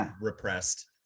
repressed